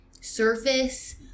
surface